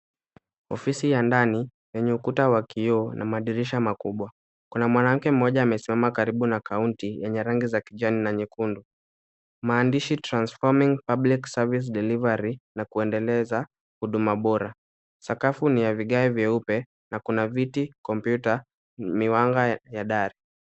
Ofisi ya ndani, yenye ukuta wa kioo na madirisha makubwa. Kuna mwanamke mmoja amesimama karibu na kaunti yenye rangi za kijani na nyekundu. Maandishi transforming public service delivery na kuendeleza huduma bora. Sakafu ni ya vigae vyeupe na kuna viti, kompyuta, miwanga ya dari.